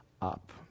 up